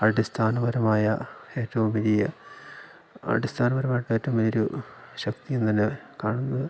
അടിസ്ഥാനപരമായ ഏറ്റവും വലിയ അടിസ്ഥാനപരമായിട്ടുള്ള ഏറ്റവും വലിയൊരു ശക്തി എന്നുതന്നെ കാണുന്നത്